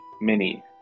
mini